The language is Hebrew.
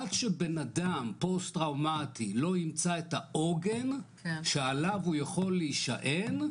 עד שבן אדם פוסט טראומטי לא ימצא את העוגן שעליו הוא יכול להישען,